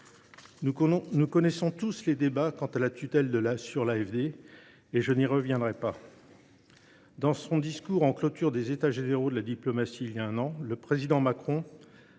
Nous connaissons tous les débats sur la tutelle de l’AFD, je n’y reviendrai pas. Dans son discours de clôture des États généraux de la diplomatie, il y a un an, le président Macron